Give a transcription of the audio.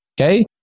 Okay